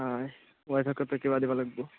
হয় ৱাইফকোতো কিবা দিব লাগিব